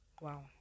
Wow